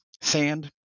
sand